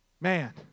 Man